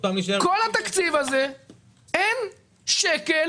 בכל התקציב הזה אין שקל